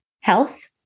health